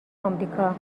آمریکا